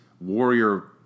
warrior